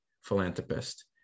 philanthropist